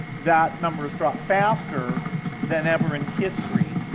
that number has dropped faster than ever in history,